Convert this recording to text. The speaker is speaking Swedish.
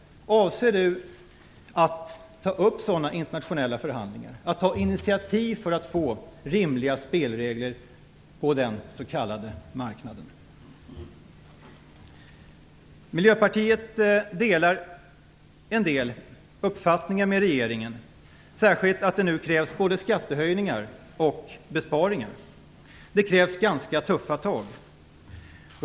Avser Ingvar Carlsson att ta upp sådana internationella förhandlingar och ta initiativ för att få rimliga spelregler på den s.k. marknaden? Miljöpartiet delar en del uppfattningar med regeringen, särskilt att det nu krävs både skattehöjningar och besparingar. Det krävs ganska tuffa tag.